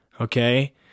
Okay